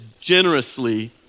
generously